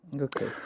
Okay